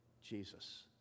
Jesus